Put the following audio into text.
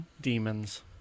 Demons